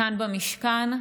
כאן במשכן.